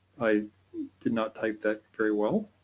i did not type that very well.